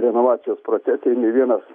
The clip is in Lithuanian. renovacijos procese ir nei vienas